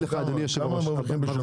כמה הם מרוויחים בשנה?